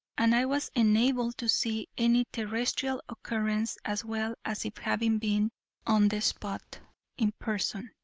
and i was enabled to see any terrestrial occurrence as well as if having been on the spot in person.